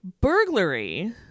Burglary